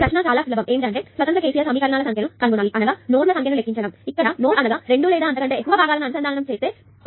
ఈ ప్రశ్న చాలా సులభం ఏమనగా స్వతంత్ర KCL సమీకరణాల సంఖ్యను కనుగొనాలి అనగా నోడ్ ల సంఖ్యను లెక్కించడం ఇక్కడ నోడ్ అనగా రెండు లేదా అంతకంటే ఎక్కువ భాగాలను అనుసందానం చేసే పాయింట్